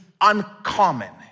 uncommon